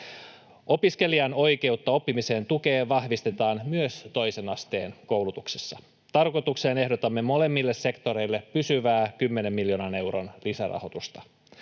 Opiskelijan oikeutta oppimisen tukeen vahvistetaan myös toisen asteen koulutuksessa. Tarkoitukseen ehdotamme molemmille sektoreille pysyvää 10 miljoonan euron lisärahoitusta.